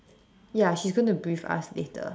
ya he's going to brief us later